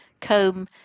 comb